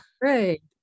Great